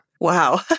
Wow